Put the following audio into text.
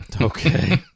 Okay